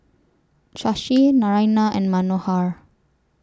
Shashi Naraina and Manohar